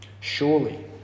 Surely